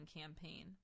campaign